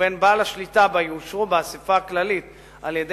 ובין בעל השליטה בה יאושרו באספה הכללית על-ידי